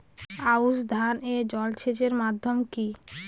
আউশ ধান এ জলসেচের মাধ্যম কি?